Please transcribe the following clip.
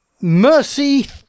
Mercy